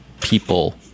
people